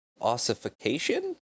ossification